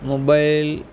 mobile